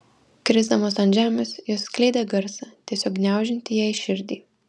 krisdamos ant žemės jos skleidė garsą tiesiog gniaužiantį jai širdį